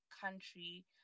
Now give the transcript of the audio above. country